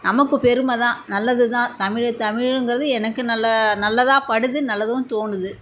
நமக்கு பெருமை தான் நல்லது தான் தமிழே தமிழுங்கிறது எனக்கு நல்ல நல்லாதகப்படுது நல்லதும் தோணுது